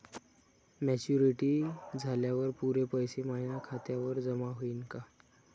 Maturity झाल्यावर पुरे पैसे माया खात्यावर जमा होईन का?